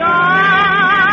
God